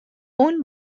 اون